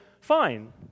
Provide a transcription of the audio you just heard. fine